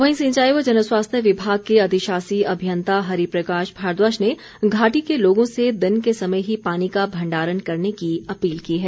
वहीं सिंचाई व जन स्वास्थ्य विभाग के अधिशाषी अभियंता हरि प्रकाश भारद्वाज ने घाटी के लोगों से दिन के समय ही पानी का भंडारण करने की अपील की है